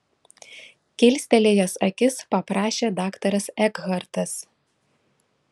kilstelėjęs akis paprašė daktaras ekhartas